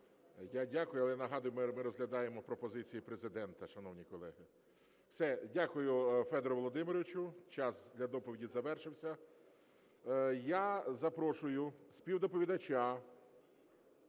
Я дякую. Але нагадую, ми розглядаємо пропозиції Президента, шановні колеги. Все, дякую Федору Володимировичу, час для доповіді завершився. Я запрошую співдоповідача,